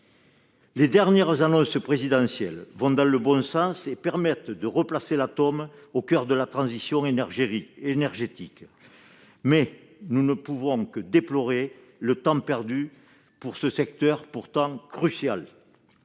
les dernières annonces présidentielles vont dans le bon sens et permettent de replacer l'atome au coeur de la transition énergétique, mais nous ne pouvons que déplorer le temps perdu dans ce secteur pourtant crucial.